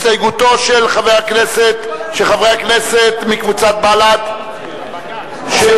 הסתייגותם של חברי הכנסת מקבוצת בל"ד וחברי